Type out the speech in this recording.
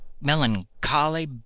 melancholy